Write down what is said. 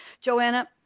Joanna